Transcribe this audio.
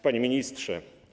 Panie Ministrze!